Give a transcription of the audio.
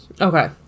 Okay